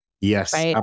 Yes